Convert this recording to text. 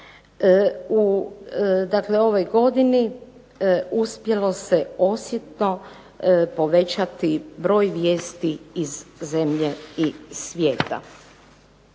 dakle ovoj godini, uspjelo se osjetno povećati broj vijesti iz zemlje i svijeta.